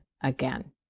again